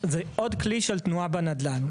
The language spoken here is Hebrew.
זה עוד כלי של תנועה בנדל"ן.